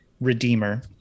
Redeemer